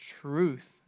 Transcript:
truth